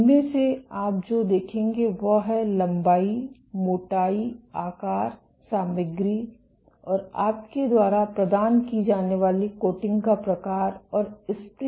इनमें से आप जो देखेंगे वह है लंबाई मोटाई आकार सामग्री आपके द्वारा प्रदान की जाने वाली कोटिंग का प्रकार और स्प्रिंग स्थिरांक